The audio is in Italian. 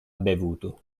bevuto